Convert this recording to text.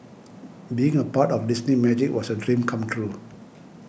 being a part of Disney Magic was a dream come true